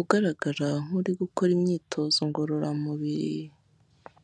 ugaragara nk'uri gukora imyitozo ngororamubiri.